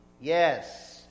yes